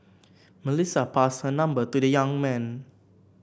Melissa passed her number to the young man